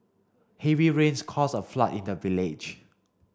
heavy rains caused a flood in the village